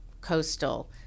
coastal